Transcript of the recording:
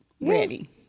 ready